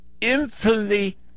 infinitely